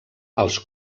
els